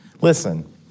Listen